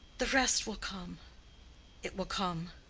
the rest will come it will come.